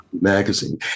magazine